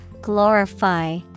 Glorify